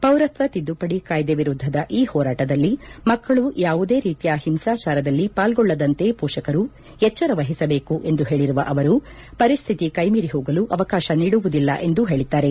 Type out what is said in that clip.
ಪೌರತ್ವ ತಿದ್ದುಪಡಿ ಕಾಯ್ದೆ ವಿರುದ್ದದ ಈ ಹೋರಾಟದಲ್ಲಿ ಮಕ್ಕಳು ಯಾವುದೇ ರೀತಿಯ ಹಿಂಸಾಚಾರದಲ್ಲಿ ಪಾಲ್ಗೊಳ್ಳದಂತೆ ಪೋಷಕರು ಎಚ್ಚರ ವಹಿಸಬೇಕು ಎಂದು ಹೇಳರುವ ಅವರು ಪರಿಸ್ಟಿತಿ ಕೈಮೀರಿ ಹೋಗಲು ಅವಕಾಶ ನೀಡುವುದಿಲ್ಲ ಎಂದೂ ಹೇಳದ್ದಾರೆ